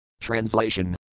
Translation